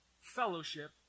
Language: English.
fellowship